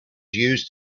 used